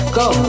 go